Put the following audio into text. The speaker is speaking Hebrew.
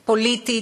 פוליטית,